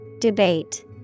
Debate